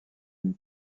une